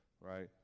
Right